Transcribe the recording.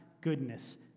goodness